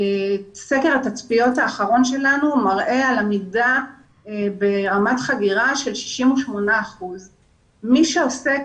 סגר התצפיות האחרון שלנו מראה על עמידה ברמת חגירה של 68%. מי שעוסק